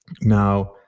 Now